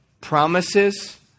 promises